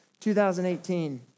2018